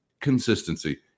consistency